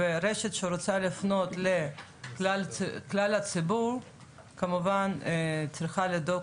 ורשת שרוצה לפנות לכלל הציבור כמובן צריכה לדאוג